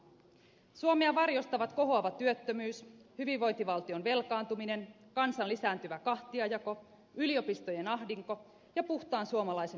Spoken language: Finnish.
suomea varjostavat kohoava työttömyys hyvinvointivaltion velkaantuminen kansan lisääntyvä kahtiajako yliopistojen ahdinko ja puhtaan suomalaisen energian puute